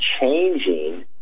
changing